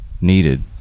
needed